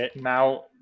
now